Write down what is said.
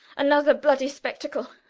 another bloody spectacle!